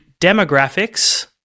demographics